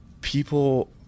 people